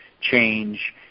change